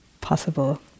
possible